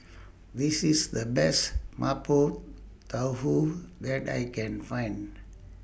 This IS The Best Mapo Tofu that I Can Find